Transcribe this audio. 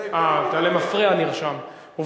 אלא אם כן, אתה נרשם למפרע.